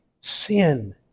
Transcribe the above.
sin